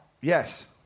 Yes